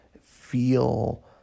feel